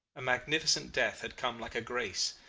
a magnificent death had come like a grace,